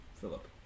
Philip